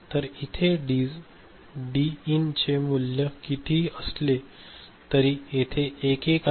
तर इथे डीइनचे मूल्य कितीही असले तरी तरी येथे 1 1 आहे